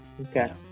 Okay